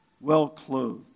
well-clothed